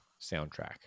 soundtrack